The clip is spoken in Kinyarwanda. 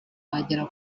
wagera